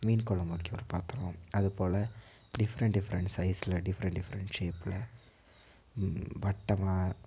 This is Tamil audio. மீன் குழம்பு வைக்க ஒரு பாத்திரம் அதுப்போல் டிஃப்ரெண்ட் டிஃப்ரெண்ட் சைஸில் டிஃப்ரெண்ட் டிஃப்ரெண்ட் ஷேப்பில் வட்டமாக